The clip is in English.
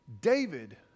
David